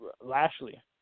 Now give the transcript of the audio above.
Lashley